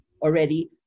already